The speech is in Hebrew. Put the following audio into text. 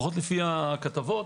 לפחות לפי הכתבות,